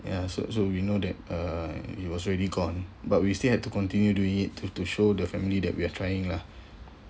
ya so so we know that uh he was already gone but we still had to continue doing it to to show the family that we are trying lah